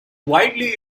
widely